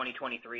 2023